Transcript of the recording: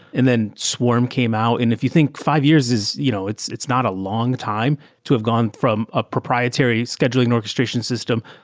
and then swarm came out, and if you think five years, you know it's it's not a long time to have gone from a proprietary scheduling orchestration system.